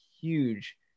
huge